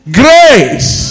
grace